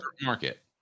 market